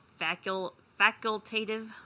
facultative